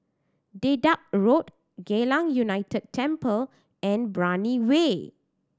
Dedap Road Geylang United Temple and Brani Way